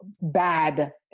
bad